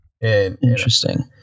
interesting